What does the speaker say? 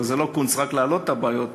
הרי זה לא קונץ רק להעלות את הבעיות.